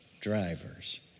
drivers